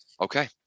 okay